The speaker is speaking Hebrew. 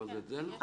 כן.